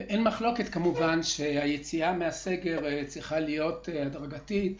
אין מחלוקת כמובן שהיציאה מהסגר צריכה להיות הדרגתית,